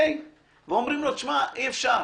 ואומרים לו, אי אפשר.